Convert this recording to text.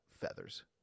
feathers